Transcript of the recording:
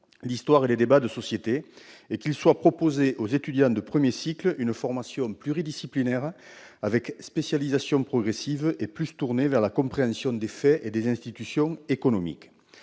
l'histoire et les débats de société » et qu'il soit « proposé aux étudiants de premier cycle une formation pluridisciplinaire, avec spécialisation progressive, et plus tournée vers la compréhension des faits et des institutions économiques